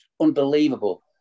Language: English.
unbelievable